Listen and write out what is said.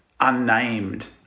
unnamed